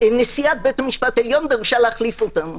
נשיאת בית המשפט העליון דרשה להחליף אותנו.